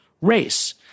race